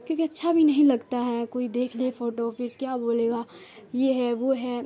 کیونکہ اچھا بھی نہیں لگتا ہے کوئی دیکھ لے فوٹو پھر کیا بولے گا یہ ہے وہ ہے